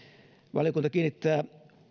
valiokunta kiinnittää